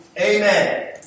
Amen